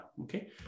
Okay